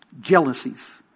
jealousies